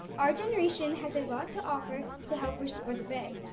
our generation has a lot to offer to help restore the bay,